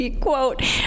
Quote